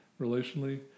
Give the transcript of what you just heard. relationally